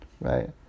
right